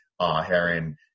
Heron